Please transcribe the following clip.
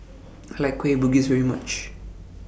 I like Kueh Bugis very much